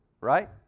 right